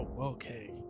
Okay